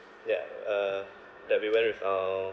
yeah uh that we went with uh